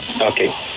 Okay